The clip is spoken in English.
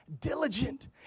diligent